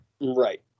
Right